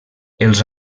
els